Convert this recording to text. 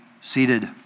seated